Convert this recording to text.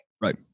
Right